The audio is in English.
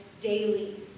daily